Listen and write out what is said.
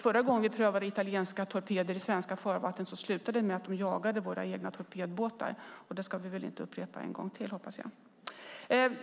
Förra gången vi prövade italienska torpeder i svenska farvatten slutade det med att de jagade våra egna torpedbåtar. Det ska vi väl inte upprepa, hoppas jag.